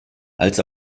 als